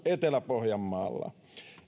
etelä pohjanmaalla